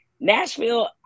Nashville